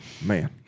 man